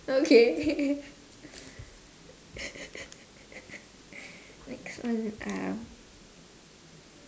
okay next one uh